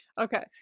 okay